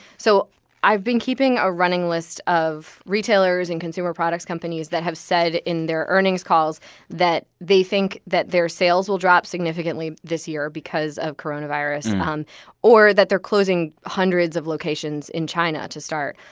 so i've been keeping a running list of retailers and consumer products companies that have said in their earnings calls that they think that their sales will drop significantly this year because of coronavirus um or that they're closing hundreds of locations in china to start.